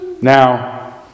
now